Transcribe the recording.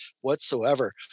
whatsoever